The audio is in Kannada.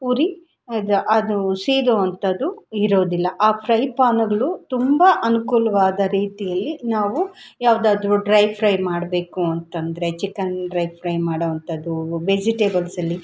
ಉರಿ ಅದು ಅದೂ ಸೀದೋ ಅಂಥದು ಇರೋದಿಲ್ಲ ಆ ಫ್ರೈ ಪಾನುಗ್ಳು ತುಂಬ ಅನುಕೂಲ್ವಾದ ರೀತಿಯಲ್ಲಿ ನಾವು ಯಾವುದಾದ್ರು ಡ್ರೈ ಫ್ರೈ ಮಾಡಬೇಕು ಅಂತಂದರೆ ಚಿಕನ್ ಡ್ರೈ ಫ್ರೈ ಮಾಡೋವಂಥದು ವೆಜಿಟೇಬಲ್ಸಲ್ಲಿ